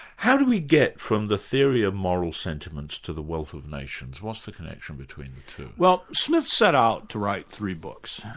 how do we get from the theory of moral sentiments to the wealth of nations? what's the connection between the two? well smith set out to write three books.